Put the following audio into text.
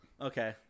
Okay